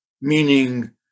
meaning